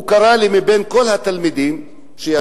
הוא קרא לי מבין כל התלמידים שישבו,